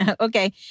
Okay